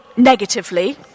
negatively